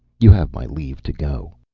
you have my leave to go.